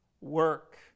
work